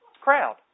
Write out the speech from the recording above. crowd